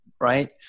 right